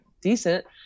decent